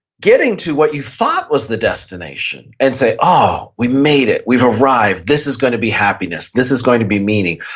getting to what you thought was the destination and say, oh, we made it. we've arrived. this is going to be happiness. this is going to be meaning.